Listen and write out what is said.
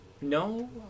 No